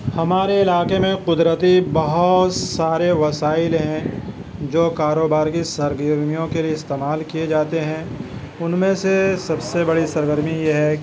ہمارے علاقے میں قدرتی بہت سارے وسائل ہیں جو کاروبار کی سرگرمیوں کے لیے استعمال کیے جاتے ہیں ان میں سے سب سے بڑی سرگرمی یہ ہے